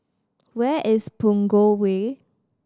where is Punggol Way